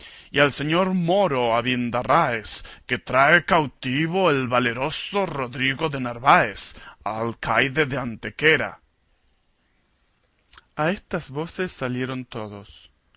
y al señor moro abindarráez que trae cautivo el valeroso rodrigo de narváez alcaide de antequera a estas voces salieron todos